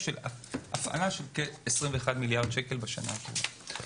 הפעלה של כ-21 מיליארד שקל בשנה הקרובה.